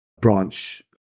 branch